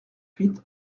huit